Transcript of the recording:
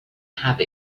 have